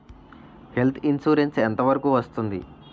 Health insurance ఎంత వరకు వస్తుంది?